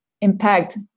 impact